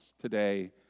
today